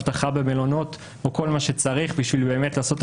האבטחה במלונות או כל מה שצריך בשביל באמת לעשות את